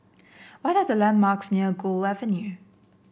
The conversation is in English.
what are the landmarks near Gul Avenue